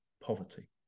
poverty